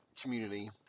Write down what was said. community